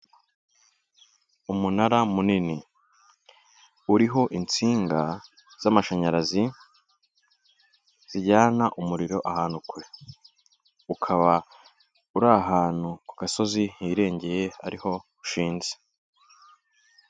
Umunara munini uriho insinga z'amashanyarazi zijyana umuriro ahantu kure, ukaba uri ahantu ku gasozi hirengeye ariho ushinze.